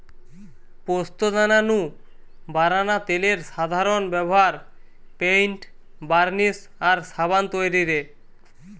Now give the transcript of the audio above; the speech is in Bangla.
পোস্তদানা নু বারানা তেলের সাধারন ব্যভার পেইন্ট, বার্নিশ আর সাবান তৈরিরে